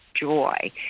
joy